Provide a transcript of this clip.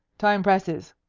time presses,